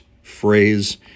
Phrase